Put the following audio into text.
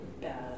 bad